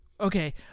okay